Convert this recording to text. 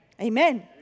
Amen